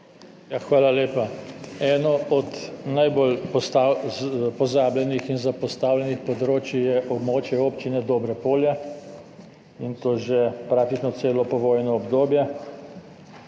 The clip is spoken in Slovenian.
Hvala lepa. Eno od najbolj pozabljenih in zapostavljenih področij je območje občine Dobrepolje, in to že praktično vse povojno obdobje.